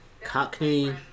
Cockney